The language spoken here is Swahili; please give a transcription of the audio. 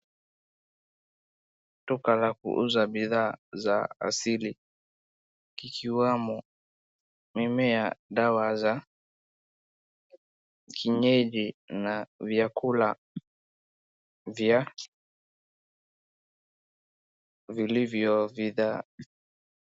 Duka la kuuza bidhaa za asili, ikiwamo mimea, dawa za kienyeji na vyakula vya vilivyo bidhaa.